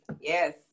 Yes